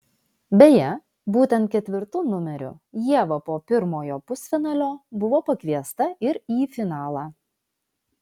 beje būtent ketvirtu numeriu ieva po pirmojo pusfinalio buvo pakviesta ir į finalą